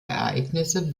ereignisse